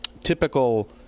typical